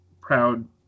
proud